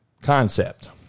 concept